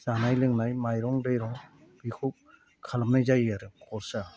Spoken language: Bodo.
जानाय लोंनाय माइरं दैरं बेखौ खालामनाय जायो आरो खरसा